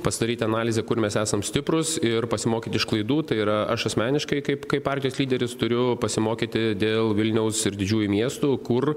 pasidaryt analizę kur mes esam stiprūs ir pasimokyti iš klaidų tai yra aš asmeniškai kaip kaip partijos lyderis turiu pasimokyti dėl vilniaus ir didžiųjų miestų kur